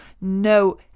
No